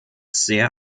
sehr